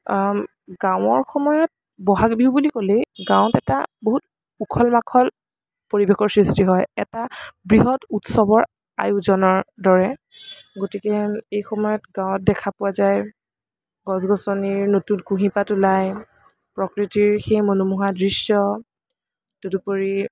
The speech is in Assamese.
গাঁৱৰ সময়ত বহাগ বিহু বুলি ক'লেই গাঁৱত এটা বহুত উখল মাখল পৰিৱেশৰ সৃষ্টি হয় এটা বৃহত উৎসৱৰ আয়োজনৰ দৰে গতিকে এই সময়ত গাঁৱত দেখা পোৱা যায় গছ গছনিৰ নতুন কুঁহিপাত ওলায় প্ৰকৃতিৰ সেই মনোমোহা দৃশ্য় তদুপৰি